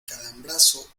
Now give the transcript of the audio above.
calambrazo